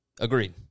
Agreed